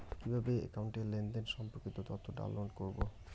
কিভাবে একাউন্টের লেনদেন সম্পর্কিত তথ্য ডাউনলোড করবো?